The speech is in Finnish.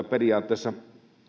periaatteessa